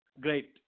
great